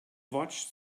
watched